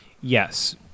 Yes